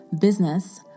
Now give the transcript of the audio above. business